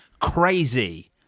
crazy